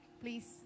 please